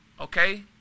Okay